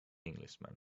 englishman